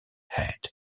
head